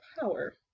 power